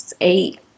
Eight